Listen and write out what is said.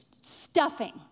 stuffing